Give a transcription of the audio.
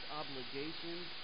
obligations